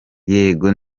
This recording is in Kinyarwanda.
yego